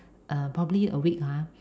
uh probably a week ah